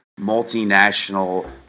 multinational